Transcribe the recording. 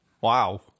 Wow